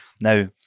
Now